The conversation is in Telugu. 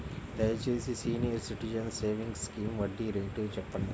దయచేసి సీనియర్ సిటిజన్స్ సేవింగ్స్ స్కీమ్ వడ్డీ రేటు చెప్పండి